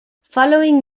following